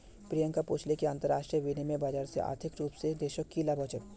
प्रियंका पूछले कि अंतरराष्ट्रीय विनिमय बाजार से आर्थिक रूप से देशक की लाभ ह छे